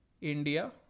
India